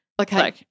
okay